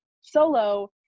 solo